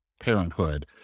parenthood